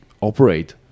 operate